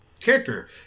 Character